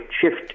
shift